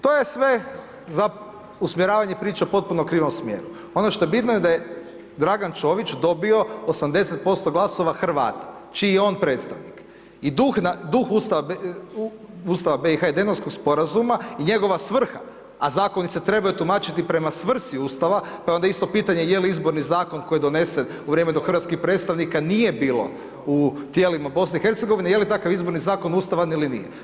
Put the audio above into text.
To je sve za usmjeravanje priča u potpunom krivom smjeru, ono što je bitno da je Dragan Čović dobio 80% glasova Hrvata, čiji je on predstavnik i duh Ustava BIH i … sporazuma i njegova svrha a zakoni se trebaju tumačiti prema svrsi Ustava, pa je onda pitanje, je li izborni zakon, koji je donesen u vrijeme dok hrvatskih predstavnika nije bilo u tijelima BIH, je li takav izborni zakon ustavan ili nije.